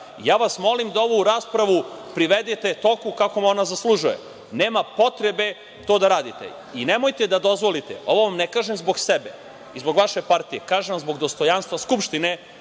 Ja vas molim da ovu raspravu privedete toku kakav ona zaslužuje. Nema potrebe to da radite. Nemojte da dozvolite, ovo vam ne kažem zbog sebe, zbog vaše partije, kažem vas zbog dostojanstva Skupštine,